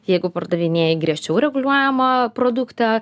jeigu pardavinėji griežčiau reguliuojamą produktą